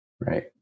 Right